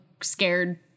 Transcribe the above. scared